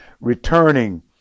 returning